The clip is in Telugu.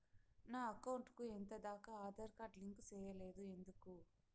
నా అకౌంట్ కు ఎంత దాకా ఆధార్ కార్డు లింకు సేయలేదు ఎందుకు